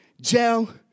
jail